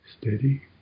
steady